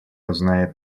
узнает